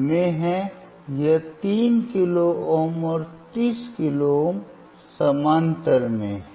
में हैं यह तीन किलो ओम और तीस किलो ओम समानांतर में हैं